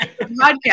podcast